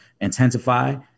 intensify